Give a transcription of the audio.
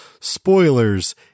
spoilers